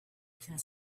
could